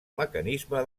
mecanisme